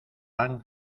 tan